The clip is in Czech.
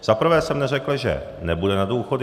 Za prvé jsem neřekl, že nebude na důchody.